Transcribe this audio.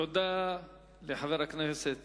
תודה לחבר הכנסת